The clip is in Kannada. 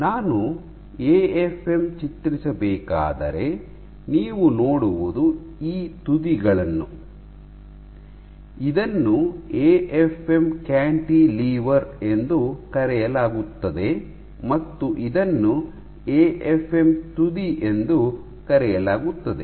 ನಾನು ಎಎಫ್ಎಂ ಚಿತ್ರಿಸಬೇಕಾದರೆ ನೀವು ನೋಡುವುದು ಈ ತುದಿಗಳನ್ನು ಇದನ್ನು ಎಎಫ್ಎಂ ಕ್ಯಾಂಟಿಲಿವರ್ ಎಂದು ಕರೆಯಲಾಗುತ್ತದೆ ಮತ್ತು ಇದನ್ನು ಎಎಫ್ಎಂ ತುದಿ ಎಂದು ಕರೆಯಲಾಗುತ್ತದೆ